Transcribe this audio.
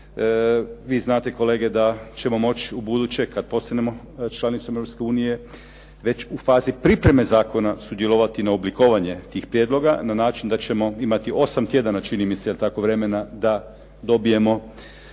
Vi znate kolege da ćemo moći ubuduće kad postanemo članicom Europske unije, već u fazi pripreme zakona sudjelovati na oblikovanju tih prijedloga na način da ćemo imati 8 tjedana, čini mi se, vremena da dobijemo